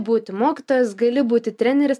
būti mokytojas gali būti treneris